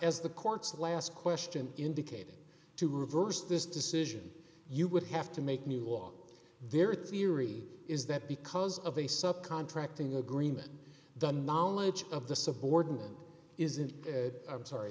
as the court's last question indicated to reverse this decision you would have to make new law their theory is that because of a sub contracting agreement the knowledge of the subordinate isn't